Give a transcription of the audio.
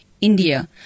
India